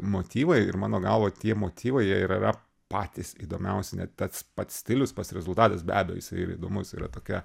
motyvai ir mano galva tie motyvai jie ir yra patys įdomiausi ne tats pats stilius pats rezultatas be abejo jisai yra įdomus yra tokia